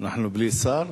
אנחנו בלי שר?